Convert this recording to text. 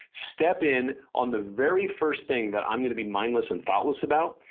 step in on the very first thing that i'm going to be mindless and thoughtless about,